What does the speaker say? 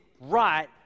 right